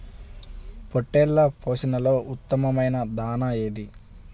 పొట్టెళ్ల పోషణలో ఉత్తమమైన దాణా ఏది?